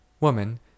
Woman